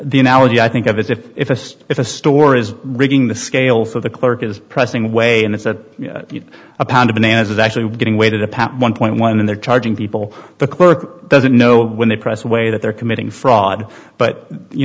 the analogy i think of is if if if a store is rigging the scale for the clerk is pressing way and it's that a pound of bananas is actually getting weighted a pack one point one and they're charging people the clerk doesn't know when they press way that they're committing fraud but you